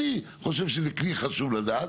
אני חושב שזה כלי שחשוב לדעת,